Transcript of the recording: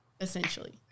essentially